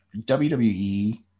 WWE